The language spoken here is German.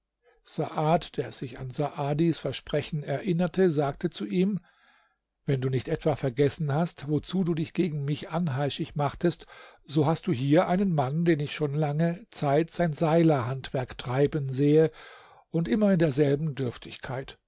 saad der sich an saadis versprechen erinnerte sagte zu ihm wenn du nicht etwa vergessen hast wozu du dich gegen mich anheischig machtest so hast du hier einen mann den ich schon lange zeit sein seilerhandwerk treiben sehe und immer in derselben dürftigkeit